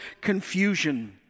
confusion